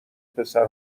پسر